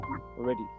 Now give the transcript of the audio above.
already